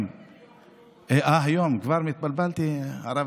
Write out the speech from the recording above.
מה אנחנו משדרים לציבור?